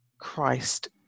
Christ